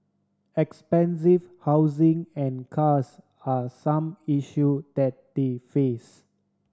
expensive housing and cars are some issue that they face